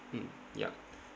mm ya